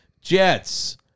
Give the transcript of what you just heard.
Jets